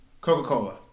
Coca-Cola